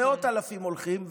מאות אלפים הולכים,